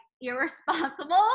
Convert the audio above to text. irresponsible